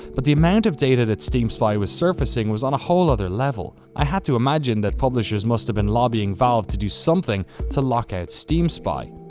but the amount of data that steam spy was surfacing was on a whole other level. i had to imagine that publishers must have been lobbying valve to do something to lock out steam spy.